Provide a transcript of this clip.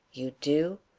you do?